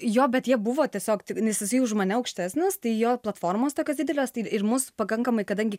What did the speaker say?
jo bet jie buvo tiesiog nes jisai už mane aukštesnis tai jo platformos tokios didelės tai ir mūsų pakankamai kadangi